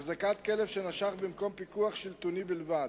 החזקת כלב שנשך במקום בפיקוח שלטוני בלבד,